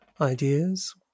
Ideas